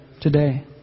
today